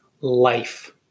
life